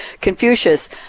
Confucius